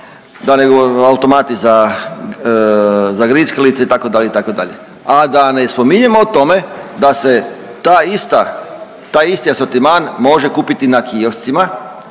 da ne govorim automati za grickalice itd., itd., a da ne spominjemo o tome da se ta ista taj isti asortiman može kupiti na kioscima